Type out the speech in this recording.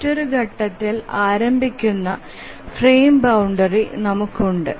മറ്റൊരു ഘട്ടത്തിൽ ആരംഭിക്കുന്ന ഫ്രെയിം ബൌണ്ടറി നമക്ക് ഉണ്ട്